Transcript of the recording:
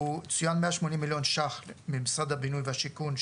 צוין מאה שמונים מיליון שקלים ממשרד הבינוי והשיכון,